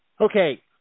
Okay